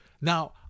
Now